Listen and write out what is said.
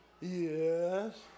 Yes